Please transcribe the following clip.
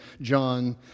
John